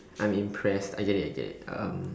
I'm impressed I get it I get it um